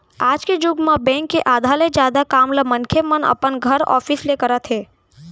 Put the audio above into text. आज के जुग म बेंक के आधा ले जादा काम ल मनखे मन अपन घर, ऑफिस ले करत हे